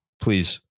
Please